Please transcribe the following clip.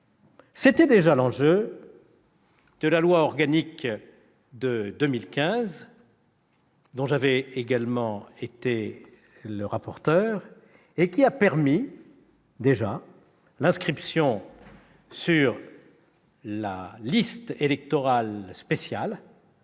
C'était déjà l'enjeu de la loi organique de 2015, dont j'étais également le rapporteur et qui a permis l'inscription sur la liste électorale spéciale